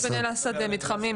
יש בעין אל-אסד מתחמים,